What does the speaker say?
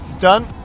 done